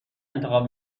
انتخاب